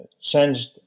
Changed